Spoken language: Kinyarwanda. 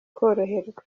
koroherwa